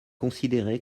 considéré